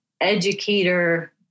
educator